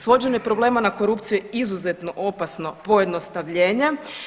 Svođenje problema na korupciju je izuzetno opasno pojednostavljenje.